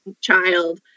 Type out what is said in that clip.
child